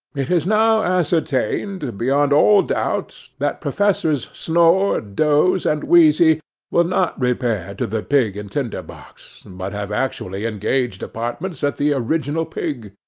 it is now ascertained, beyond all doubt, that professors snore, doze, and wheezy will not repair to the pig and tinder-box, but have actually engaged apartments at the original pig.